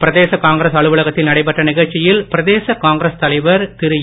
பிரதேசகாங்கிரஸ்அலுவலகத்தில்நடைபெற்றநிகழ்ச்சியில்பிரதேசகாங்கிர ஸ்தலைவர்ஏ